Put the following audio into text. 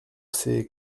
ces